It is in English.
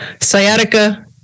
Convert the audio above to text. Sciatica